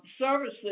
services